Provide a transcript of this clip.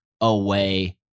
away